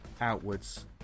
outwards